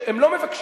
הם לא מבקשים,